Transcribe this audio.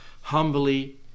humbly